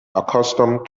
accustomed